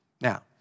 Now